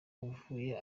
uvuye